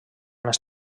més